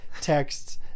texts